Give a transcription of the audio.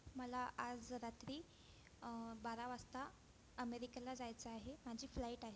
मला आज रात्री बारा वाजता अमेरिकेला जायचं आहे माझी फ्लाईट आहे